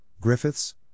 Griffiths